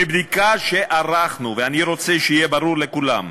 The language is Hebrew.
מבדיקה שערכנו, ואני רוצה שיהיה ברור לכולם,